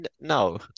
No